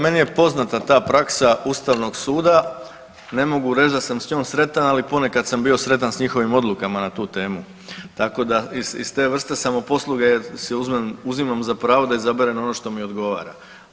Meni je poznata ta praksa Ustavnog suda, ne mogu reć da sa s njom sretan, ali ponekad sam bio sretan s njihovim odlukama na tu temu, tako da iz te vrste samoposluge si uzimam za pravo da izaberem ono što mi odgovara.